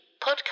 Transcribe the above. podcast